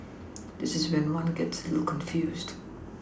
this is when one gets a little confused